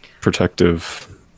protective